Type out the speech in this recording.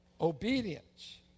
obedience